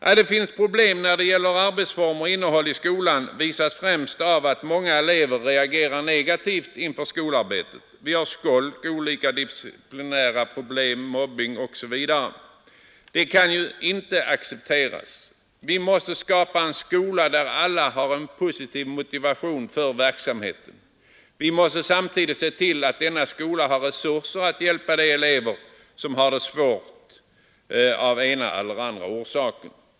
Att det finns problem när det gäller arbetsformer och innehåll i skolan visas främst av att många elever reagerar negativt inför skolarbetet. Vi har skolk, olika disciplinära problem, mobbing osv. Detta kan inte accepteras. Vi måste skapa en skola där alla har en positiv motivation för verksamheten. Vi måste samtidigt se till att denna skola har resurser att hjälpa de elever som har det svårt av den ena eller andra orsaken.